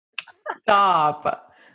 Stop